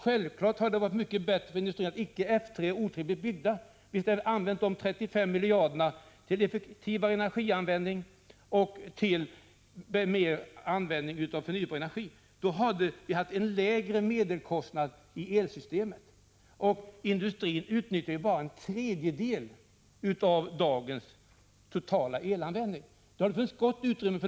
Självfallet hade det varit mycket bättre för industrin om F 3 och O 3 inte hade byggts utan de 35 miljarderna hade satsats på effektivare energianvändning och användning av förnyelsebara energislag. Då hade vi fått lägre medelkostnad för elproduktionen. Industrin representerar bara en tredjedel av dagens totala elanvändning, så det finns gott om utrymme.